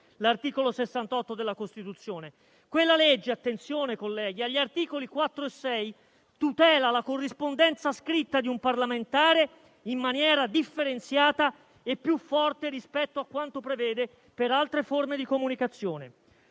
l'articolo 68 della Costituzione. Quella legge - attenzione, colleghi - agli articoli 4 e 6 tutela la corrispondenza scritta di un parlamentare in maniera differenziata e più forte rispetto a quanto prevede per altre forme di comunicazione.